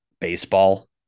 baseball